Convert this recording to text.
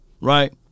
right